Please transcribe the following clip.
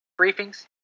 briefings